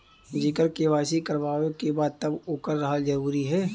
जेकर के.वाइ.सी करवाएं के बा तब ओकर रहल जरूरी हे?